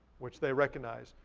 which they recognized.